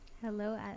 Hello